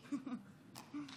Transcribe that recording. הערתי,